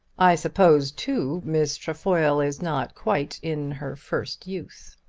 i suppose, too, miss trefoil is not quite in her first youth.